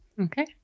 Okay